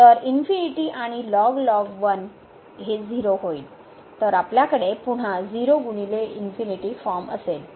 तर आणि हे 0 होईल तर आपल्याकडे पुन्हा 0 ×∞ फॉर्म असेल